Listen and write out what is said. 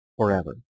forever